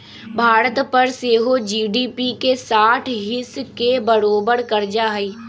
भारत पर सेहो जी.डी.पी के साठ हिस् के बरोबर कर्जा हइ